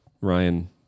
Ryan